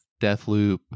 Deathloop